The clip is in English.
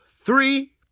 three